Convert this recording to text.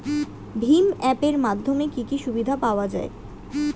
ভিম app এর মাধ্যমে কি কি সুবিধা পাওয়া যায়?